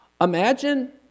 Imagine